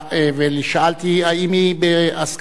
ושאלתי האם בהסכמתה,